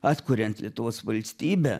atkuriant lietuvos valstybę